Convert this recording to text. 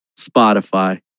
Spotify